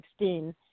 2016